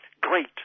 great